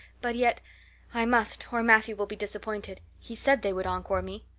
but yet i must, or matthew will be disappointed. he said they would encore me.